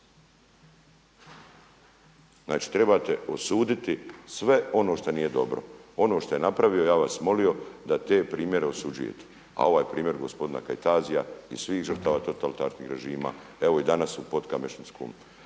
Znači trebate osuditi sve ono što nije dobro, ono što je napravio, ja bih vas molio da te primjere osuđujete. A ovaj primjer gospodina Kajtazija i svih žrtava totalitarnih režima. Evo i danas u …